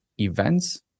events